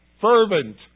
fervent